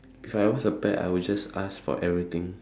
if I was a pet I will just ask for everything